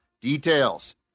details